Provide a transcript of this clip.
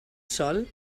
sol